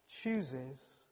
chooses